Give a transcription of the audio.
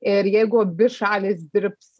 ir jeigu abi šalys dirbs